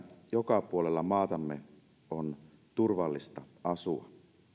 joka puolella maatamme on turvallista asua